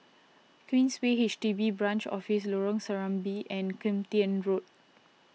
Queensway H D B Branch Office Lorong Serambi and Kim Tian Road